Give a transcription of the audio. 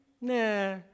Nah